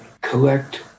collect